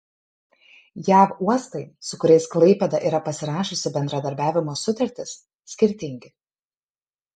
jav uostai su kuriais klaipėda yra pasirašiusi bendradarbiavimo sutartis skirtingi